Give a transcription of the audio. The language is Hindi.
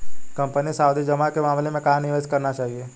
कंपनी सावधि जमा के मामले में कहाँ निवेश नहीं करना है?